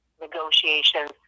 negotiations